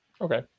Okay